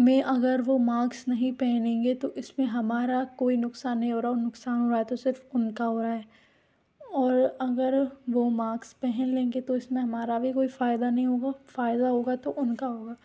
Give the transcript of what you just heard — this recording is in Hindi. मैं अगर वो माक्स नहीं पहनेंगे तो इसमे हमारा कोई नुकसान नही हो रहा नुकसान हो रहा है तो सिर्फ उनका हो रहा है और अगर वो माक्स पहन लेंगे तो इसमें हमारा भी कोई फायदा नही होगा फायदा होगा तो उनका होगा